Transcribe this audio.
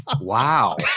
Wow